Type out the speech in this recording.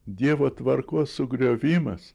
dievo tvarkos sugriovimas